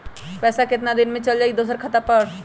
पैसा कितना दिन में चल जाई दुसर खाता पर?